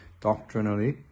doctrinally